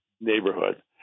neighborhood